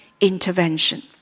intervention